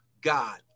god